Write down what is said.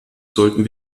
sollten